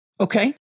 Okay